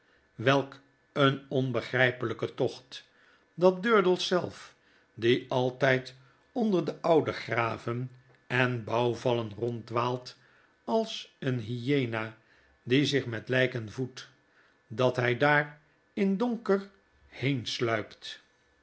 welk een onbegrypelijke tocht dat durdels zelf die altyd onder de oude graven en bouwvallen ronddwaalt als een hyena die zich met lyken voedt dat hy daar in donker